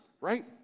right